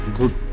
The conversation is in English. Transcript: good